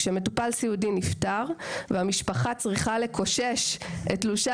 כשמטופל סיעודי נפטר והמשפחה צריכה לקושש את תלושי